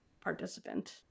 participant